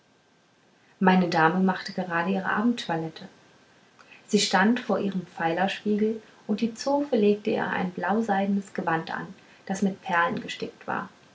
meine dame machte gerade ihre abendtoilette sie stand vor ihrem pfeilerspiegel und die zofe legte ihr ein blauseidnes gewand an das mit perlen gestickt war